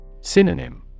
Synonym